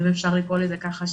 אם אפשר לקרוא לזה ככה,